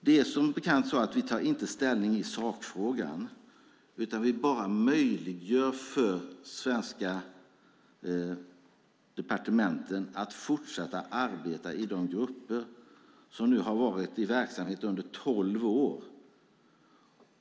Det är som bekant så att vi tar inte ställning i sakfrågan, utan vi bara möjliggör för de svenska departementen att fortsätta arbetet i de grupper som nu har varit i verksamhet under tolv år.